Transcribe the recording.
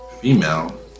Female